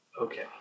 Okay